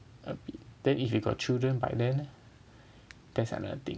a bit then if you got children by then leh that's another thing